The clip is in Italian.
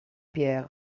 pierre